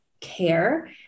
care